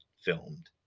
filmed